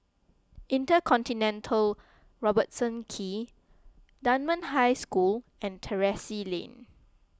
Intercontinental Robertson Quay Dunman High School and Terrasse Lane